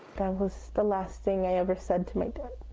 that was the last thing i ever said to my dad,